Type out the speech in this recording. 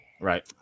Right